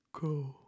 Go